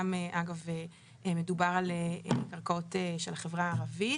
גם אגב מדובר על קרקעות של החברה הערבית,